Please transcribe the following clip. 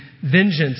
vengeance